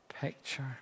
picture